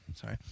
Sorry